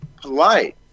polite